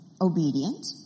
obedient